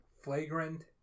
flagrant